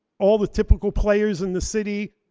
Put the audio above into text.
all the typical players in the city,